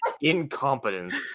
incompetence